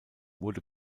wurde